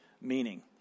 meaning